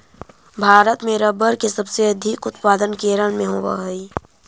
भारत में रबर के सबसे अधिक उत्पादन केरल में होवऽ हइ